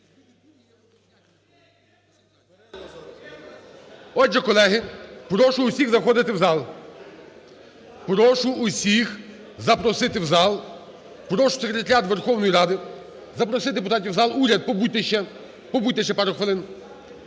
Отже, колеги, прошу всіх заходити в зал. Прошу всіх запросити в зал, прошу секретаріат Верховної Ради запросити депутатів в зал. Уряд, побудьте ще! Побудьте